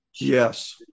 Yes